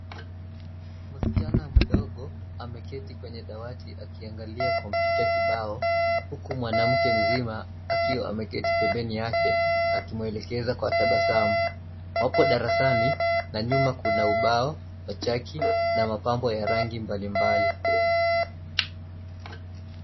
Msichana mdogo ameketi kwenye dawati akiangalia kompyuta kibao huku mwanamke mzima akiwa ameketi pembeni yake akimwelekeza kwa tabasamu, wapo darasani na nyuma kuna ubao , chaki na mapambo ya rangi mbalimbali.